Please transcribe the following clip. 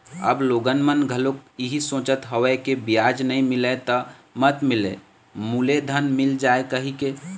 अब लोगन मन घलोक इहीं सोचत हवय के बियाज नइ मिलय त मत मिलय मूलेधन मिल जाय कहिके